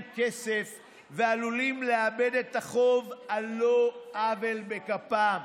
כסף והם עלולים לאבד את החוב על לא עוול בכפם.